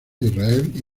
israel